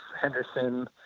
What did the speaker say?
Henderson